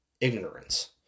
ignorance